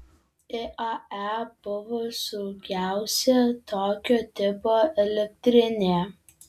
iae buvo saugiausia tokio tipo elektrinė